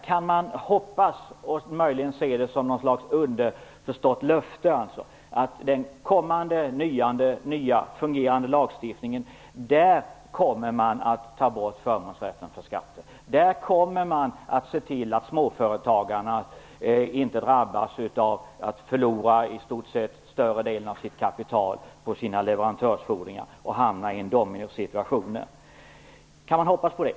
Kan vi hoppas på - och möjligen se det som något slags underförstått löfte - att man i den nya, kommande, fungerande lagstiftningen tar bort förmånsrätten för skatter och ser till att småföretagarna inte drabbas genom att de förlorar större delen av sitt kapital på sina leverantörsfordringar och hamnar i en dominosituation? Kan vi hoppas på det?